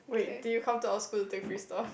wait do you come to our school to take free stuff